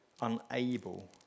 unable